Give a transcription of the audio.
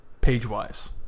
page-wise